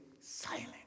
silent